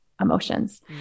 emotions